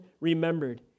remembered